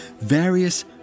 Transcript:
Various